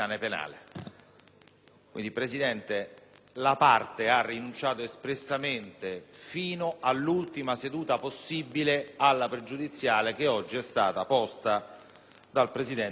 Quindi, Presidente, la parte ha rinunciato espressamente, fino all'ultima seduta possibile, alla pregiudiziale che oggi è stata posta dal presidente Gasparri.